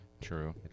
True